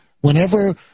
whenever